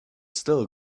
still